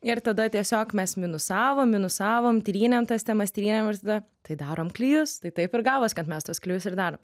ir tada tiesiog mes minusavom minusavom trynėm tas temas trynėm ir tada tai darom klijus tai taip ir gavos kad mes tuos klijus ir darom